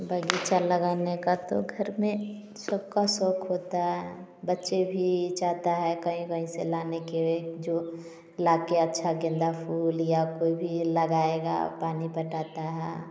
बगीचा लगाने का तो घर में सबका शौक होता है बच्चे भी चाहते हैं कहीं कहीं से लाने के वे जो ला के अच्छा गेंदा फूल या कोई भी लगाया पानी पटाता है